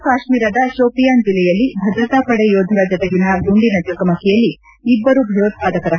ಜಮ್ಮ ಕಾಶ್ಮೀರದ ಶೋಪಿಯಾನ್ ಜಿಲ್ಲೆಯಲ್ಲಿ ಭದ್ರತಾಪಡೆ ಯೋಧರ ಜತೆಗಿನ ಗುಂಡಿನ ಚಕಮಕಿಯಲ್ಲಿ ಇಬ್ಲರು ಭಯೋತ್ವಾದಕರ ಹತ್ಲೆ